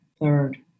third